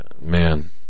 Man